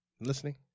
Listening